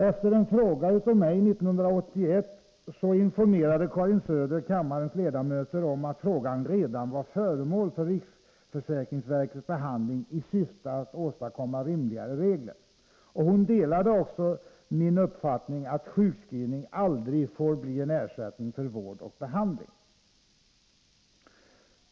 Efter en fråga av mig 1981 informerade Karin Söder kammarens ledamöter om att frågan redan var föremål för riksförsäkringsverkets behandling i syfte att åstadkomma rimligare regler. Hon delade också min uppfattning att sjukskrivning aldrig får bli en ersättning för vård och behandling.